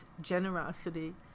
generosity